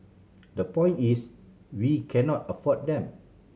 the point is we cannot afford them